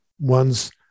one's